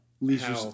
Leisure